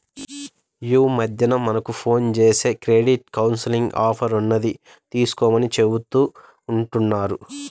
యీ మద్దెన మనకు ఫోన్ జేసి క్రెడిట్ కౌన్సిలింగ్ ఆఫర్ ఉన్నది తీసుకోమని చెబుతా ఉంటన్నారు